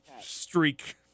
streak